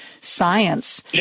science